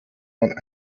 man